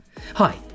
Hi